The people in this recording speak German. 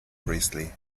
priestley